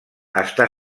està